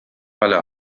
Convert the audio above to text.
alle